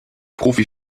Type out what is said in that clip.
profi